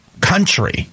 country